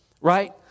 right